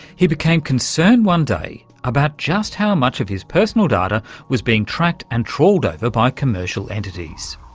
he became concerned one day about just how much of his personal data was being tracked and trawled over by commercial entities.